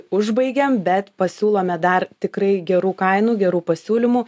užbaigiam bet pasiūlome dar tikrai gerų kainų gerų pasiūlymų